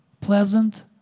pleasant